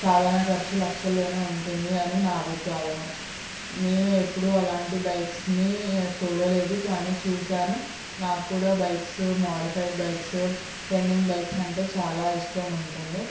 సాధారణ ఖర్చు లక్షల్లోనే ఉంటుంది అని నా అభిప్రాయము నేను ఎప్పుడూ అలాంటి బైక్స్ని తోలలేదు కానీ చూశాను నాక్కూడా bikes modified bikes trending bikes అంటే చాలా ఇష్టం ఉంటుంది